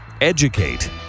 Educate